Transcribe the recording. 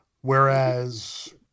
whereas